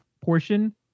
portion